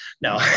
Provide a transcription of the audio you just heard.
No